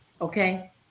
Okay